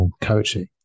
coaching